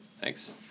Thanks